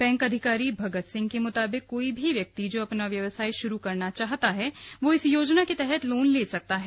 bank अधिकारी भगत सिंह के मुताबिक कोई भी व्यक्ति जो अपना व्यवसाय शुरू करना चाहता है वह इस योजना के तहत लोन ले सकता है